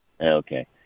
Okay